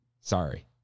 sorry